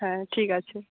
হ্যাঁ ঠিক আছে